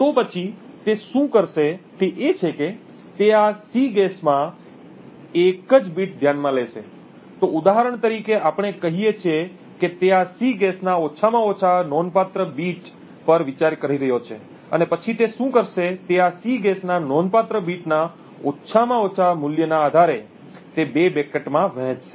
તો પછી તે શું કરશે તે એ છે કે તે આ Cguess માં 1 એક જ બીટ ધ્યાનમાં લેશે તો ઉદાહરણ તરીકે આપણે કહીએ કે તે આ Cguess ના ઓછામાં ઓછા નોંધપાત્ર બીટ પર વિચાર કરી રહ્યો છે અને પછી તે શું કરશે તે આ સીગેસ ના નોંધપાત્ર બીટ ના ઓછામાં ઓછાના મૂલ્યના આધારે તે બે બકેટમા વહેંચશે